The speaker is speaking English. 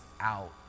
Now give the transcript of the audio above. out